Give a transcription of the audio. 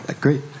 Great